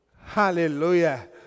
Hallelujah